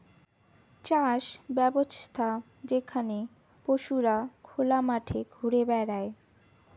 চাষ ব্যবছ্থা যেখানে পশুরা খোলা মাঠে ঘুরে বেড়ায়